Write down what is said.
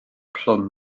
plwm